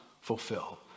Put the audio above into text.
fulfill